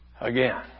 again